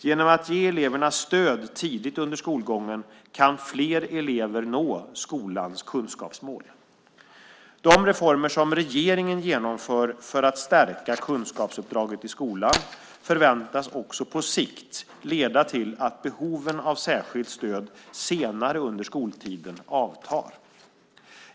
Genom att ge eleverna stöd tidigt under skolgången kan fler elever nå skolans kunskapsmål. De reformer som regeringen genomför för att stärka kunskapsuppdraget i skolan förväntas också på sikt leda till att behoven av särskilt stöd senare under skoltiden avtar.